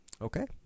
Okay